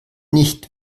nicht